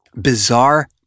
bizarre